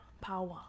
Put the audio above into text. power